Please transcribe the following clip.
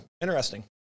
Interesting